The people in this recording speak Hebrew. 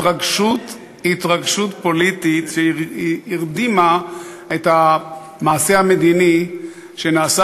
התרגשות פוליטית שהרדימה את המעשה המדיני שנעשה